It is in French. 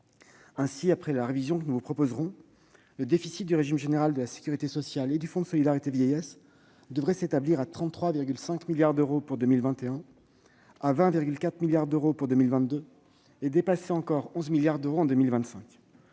Ainsi, après révision, le déficit du régime général de la sécurité sociale et du Fonds de solidarité vieillesse (FSV) devrait s'établir à 33,5 milliards d'euros en 2021, à 20,4 milliards d'euros en 2022, et dépasser encore 11 milliards d'euros en 2025.